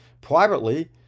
privately